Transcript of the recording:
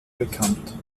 bekannt